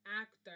actor